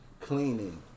cleaning